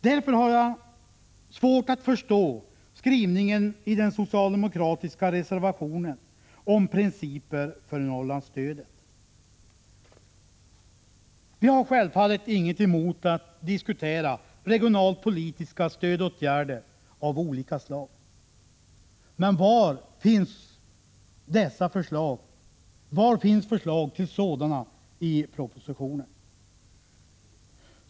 Därför är det svårt att förstå skrivningen i den socialdemokratiska reservationen om principer för Norrlandsstödet. Vi har självfallet inget emot att diskutera regionalpolitiska stödåtgärder av olika slag, men var finns förslag till sådana i propositionen?